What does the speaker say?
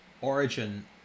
origin